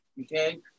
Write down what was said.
okay